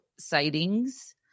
sightings